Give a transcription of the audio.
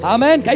Amen